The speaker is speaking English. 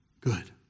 good